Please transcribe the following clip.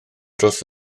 dros